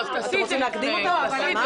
הסתייגות דיבור.